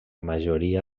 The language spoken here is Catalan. majoria